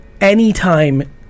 Anytime